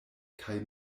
kaj